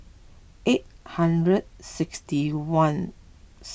eight hundred sixty one